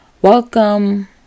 Welcome